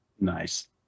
Nice